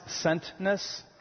sentness